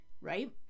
right